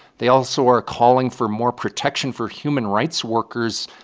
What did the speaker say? they also are calling for more protection for human rights workers,